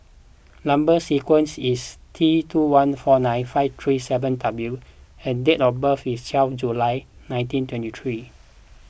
Number Sequence is T two one four nine five three seven W and date of birth is twelve July nineteen twenty three